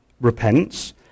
repents